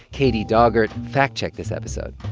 katie daugert fact-checked this episode.